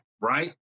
right